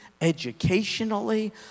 educationally